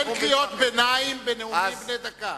אין קריאות ביניים בנאומים בני דקה.